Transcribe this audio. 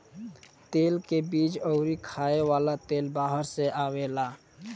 तेल के बीज अउरी खाए वाला तेल बाहर से आवेला